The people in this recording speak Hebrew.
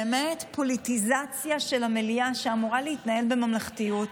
פוליטיזציה של המליאה, שאמורה להתנהל בממלכתיות,